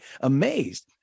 amazed